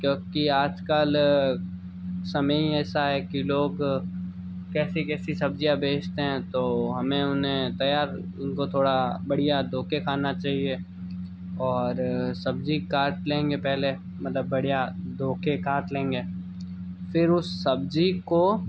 क्योंकि आज कल समय ही ऐसा है कि लोग कैसी कैसी सब्ज़ियाँ बेचते हैं तो हमें उन्हें तैयार उनको थोड़ा बढ़िया धोके खाना चाहिए और सब्ज़ी काट लेंगे पहले मतलब बढ़िया धोके काट लेंगे फिर उस सब्ज़ी को